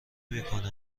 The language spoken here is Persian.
میکنه